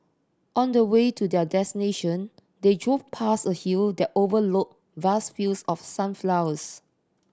on the way to their destination they drove past a hill that overlooked vast fields of sunflowers